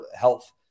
health